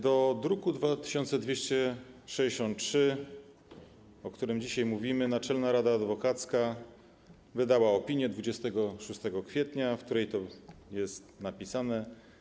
Do druku nr 2263, o którym dzisiaj mówimy, Naczelna Rada Adwokacka wydała opinię 26 kwietnia, w której to jest napisane: